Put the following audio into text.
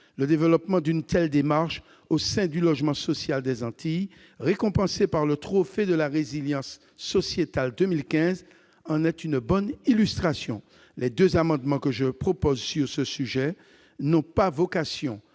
Le développement d'une telle démarche au sein du logement social des Antilles, démarche récompensée par le trophée de la résilience sociétale 2015, en est une bonne illustration. Bien sûr, les deux amendements que j'ai déposés sur ce sujet n'ont pas vocation